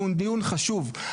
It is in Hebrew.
והוא דיון חשוב,